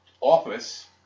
office